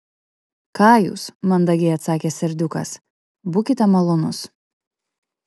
ką jūs mandagiai atsakė serdiukas būkite malonus